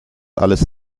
alles